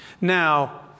Now